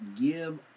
give